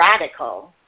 radical